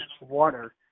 water